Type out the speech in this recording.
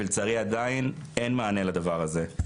ולצערי עדיין אין מענה לדבר הזה.